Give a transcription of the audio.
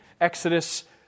Exodus